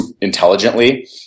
intelligently